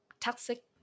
toxic